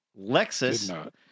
Lexus